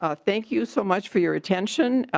ah thank you so much for your attention.